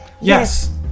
Yes